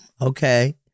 Okay